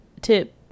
tip